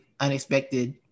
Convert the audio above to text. unexpected